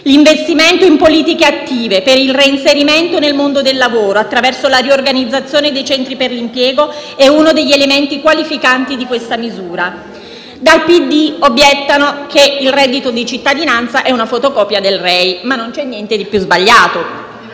l'investimento in politiche attive per il reinserimento nel mondo del lavoro, attraverso la riorganizzazione dei centri per l'impiego, è uno degli elementi qualificanti di questa misura. Dal PD obiettano che il reddito di cittadinanza è una fotocopia del Rei, ma non c'è niente di più sbagliato.